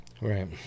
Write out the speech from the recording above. Right